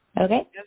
Okay